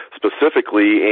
specifically